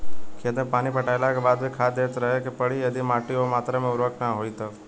खेत मे पानी पटैला के बाद भी खाद देते रहे के पड़ी यदि माटी ओ मात्रा मे उर्वरक ना होई तब?